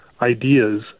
ideas